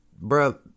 bro